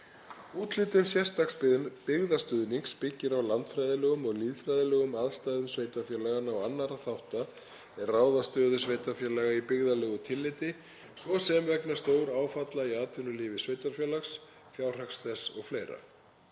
Úthlutun sérstaks byggðastuðnings byggir á landfræðilegum og lýðfræðilegum aðstæðum sveitarfélaganna og annarra þátta er ráða stöðu sveitarfélaga í byggðalegu tilliti, svo sem vegna stóráfalla í atvinnulífi sveitarfélags, fjárhags þess o.fl.